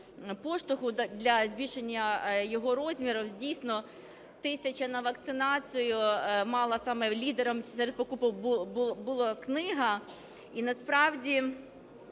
поштовху для збільшення його розмірів. Дійсно, 1000 на вакцинацію мала... саме лідером серед покупок була книга. І насправді